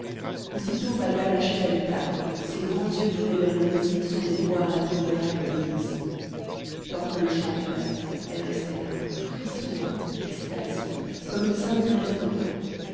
aussitôt baïa lâchait sa guitare et ses grands yeux tournés vers le muezzin semblaient boire la prière avec délices tant que le chant durait elle restait là frissonnante extasiée comme une sainte thérèse d'orient